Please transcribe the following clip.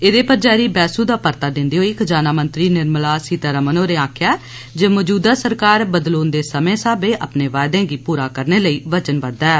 एहदे पर जारी बैहसू दा परता दिंदे होई खजाना मंत्री निर्मला सीतारमण होरें आखेआ जे मौजूदा सरकार बदलोंदे समें स्हावै अपने वायदें गी पूरा करने लेई वचनबद्व ऐ